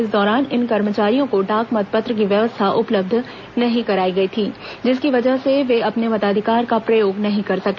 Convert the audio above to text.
इस दौरान इन कर्मचारियों को डाक मतपत्र की व्यवस्था उपलब्ध नहीं कराई गई थी जिसकी वजह से वे अपने मताधिकार का प्रयोग नहीं कर सके